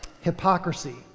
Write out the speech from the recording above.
hypocrisy